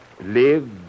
live